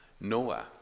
Noah